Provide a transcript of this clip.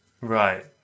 Right